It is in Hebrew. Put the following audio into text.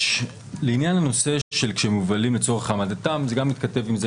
לעניין הנושא של "מובלים לצורך העמדתם" זה גם מתכתב עם זה